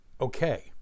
Okay